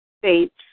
states